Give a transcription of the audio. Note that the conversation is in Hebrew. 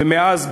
מאז,